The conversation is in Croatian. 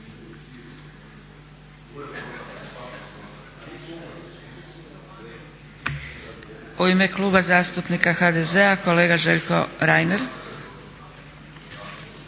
U ime Kluba zastupnika SDSS-a kolega Mile Horvat.